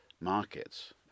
markets